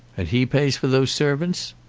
and he pays for those servants?